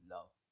Love